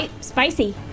Spicy